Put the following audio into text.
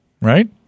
right